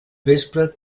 vespre